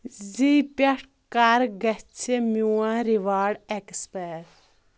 زی پٮ۪ٹھ کَر گژھِ میون رِواڑ ایٚکٕسپایر